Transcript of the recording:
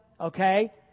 okay